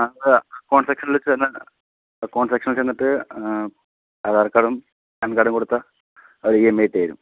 ആ അല്ല അക്കൗണ്ട് സെക്ഷനിൽ ചെന്ന് അക്കൗണ്ട് സെക്ഷനിൽ ചെന്നിട്ട് ആധാർ കാർഡും പാൻ കാർഡും കൊടുത്താൽ അത് ഇ എം ഐ ഇട്ട് തരും